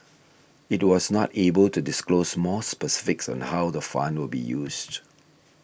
it was not able to disclose more specifics on how the fund will be used